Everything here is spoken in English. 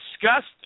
disgusting